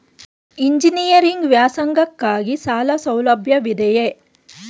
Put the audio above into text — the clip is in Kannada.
ಎಂಜಿನಿಯರಿಂಗ್ ವ್ಯಾಸಂಗಕ್ಕಾಗಿ ಸಾಲ ಸೌಲಭ್ಯವಿದೆಯೇ?